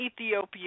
Ethiopia